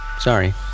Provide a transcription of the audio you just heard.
Sorry